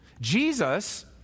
Jesus